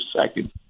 second